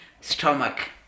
stomach